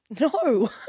No